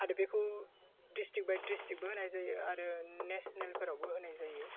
आरो बेखौ डिस्ट्रिक बाइ डिस्ट्रिकबो होनाय जायो आरो नेशनेलफोरावबो होनाय जायो